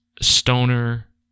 Stoner